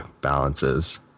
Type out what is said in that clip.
balances